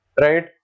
right